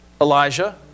Elijah